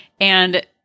And-